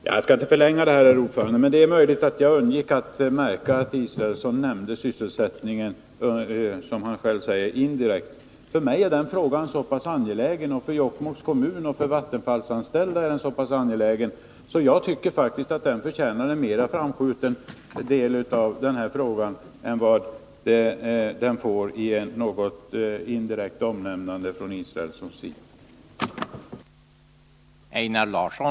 Herr talman! Jag skall inte förlänga debatten, men det är möjligt att jag undgick att märka att Per Israelsson indirekt — som han själv säger — nämnde sysselsättningen. Men för mig, för Jokkmokks kommun och för Vattenfalls anställda är den frågan så pass angelägen att jag faktiskt tycker att den förtjänar en mera framskjuten plats i den här debatten än vad den får genom något indirekt omnämnande av Per Israelsson.